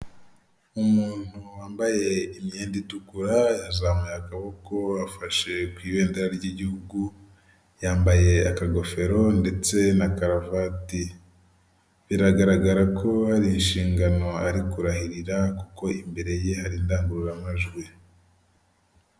Ibikoresho bitandukanye bikoreshwa mu ngo twavuga nk'amateremusi, amabasi, ndetse n'ibindi bikoresho nk'ibyo ni bimwe mu bikoresho byiza kandi buri rugo rwose runezezwa no kuba rufite ibi bikoresho.